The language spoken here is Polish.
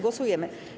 Głosujemy.